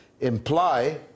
imply